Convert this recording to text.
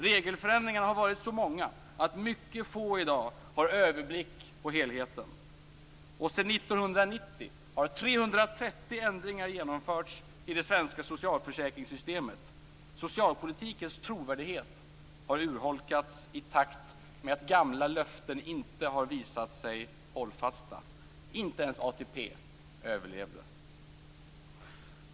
Regelförändringarna har varit så många att mycket få i dag har överblick över helheten. Sedan 1990 har 330 ändringar genomförts i det svenska socialförsäkringssystemet. Socialpolitikens trovärdighet har urholkats i takt med att gamla löften inte har visat sig hållfasta. Inte ens ATP överlevde.